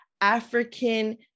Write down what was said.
African